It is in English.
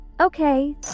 Okay